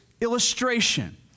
illustration